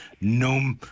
no